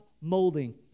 molding